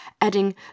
adding